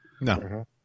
No